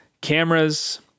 Cameras